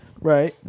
Right